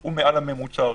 הוא מעל הממוצע הארצי.